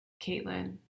Caitlin